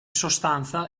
sostanza